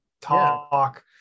talk